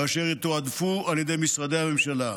ואשר יתועדפו על ידי משרדי הממשלה,